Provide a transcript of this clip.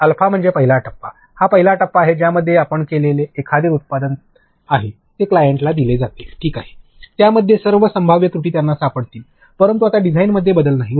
तर अल्फा म्हणजे पहिला टप्पा हा पहिला टप्पा आहे ज्यामध्ये आपण एखादे उत्पादन तयार केले आहे ते क्लायंटला दिले आहे ठीक आहे त्या मध्ये सर्व संभाव्य त्रुटीं त्यांना सापडतील परंतु आता डिझाइनमध्ये बदल नाही